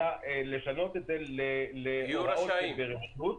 לשנות את זה להוראות שברשות.